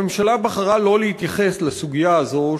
הממשלה בחרה לא להתייחס לסוגיה הזאת,